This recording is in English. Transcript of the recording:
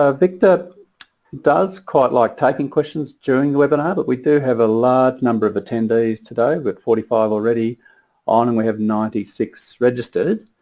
ah victor does quite like taking questions during the webinar but we do have a large number of attendees today, we've got forty five already on and we have ninety six registered.